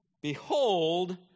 Behold